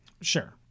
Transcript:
Sure